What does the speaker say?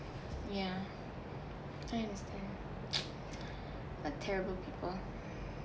ya I understand such terrible people